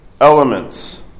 elements